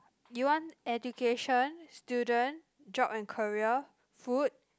you want education student job and career food